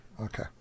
Okay